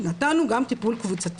נתנו גם טיפול קבוצתי.